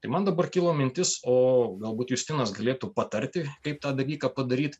tai man dabar kilo mintis o galbūt justinas galėtų patarti kaip tą dalyką padaryt